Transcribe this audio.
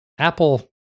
Apple